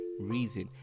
reason